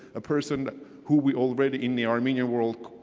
a person who we already, in the armenian world,